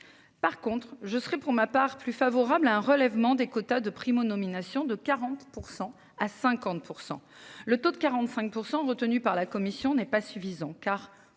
Par contre je serai pour ma part plus favorable à un relèvement des quotas de Primo nominations de 40% à 50% le taux de 45% retenu par la commission n'est pas suffisant car